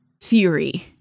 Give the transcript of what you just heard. theory